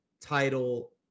title